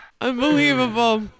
Unbelievable